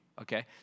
Okay